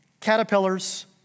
Caterpillars